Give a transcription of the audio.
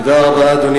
אדוני